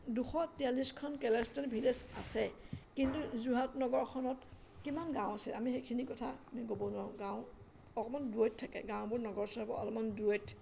দুশ তিয়াল্লিছখন ভিলেজ আছে কিন্তু যোৰহাট নগৰখনত কিমান গাঁও আছে আমি সেইখিনি কথা আমি ক'ব নোৱাৰোঁ গাঁও অকমান দূৰৈত থাকে গাঁওবোৰ নগৰ চহৰৰ পৰা অলপমান দূৰৈত